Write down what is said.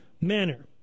manner